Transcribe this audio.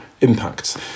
impacts